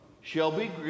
Shelby